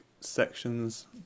sections